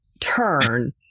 turn